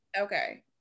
okay